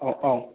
औ औ